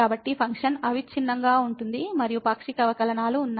కాబట్టి ఫంక్షన్ అవిచ్ఛిన్నంగా ఉంటుంది మరియు పాక్షిక అవకలనాలు ఉన్నాయి